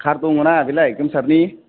car दङ ना बेलाय गोमसारनि